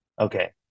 okay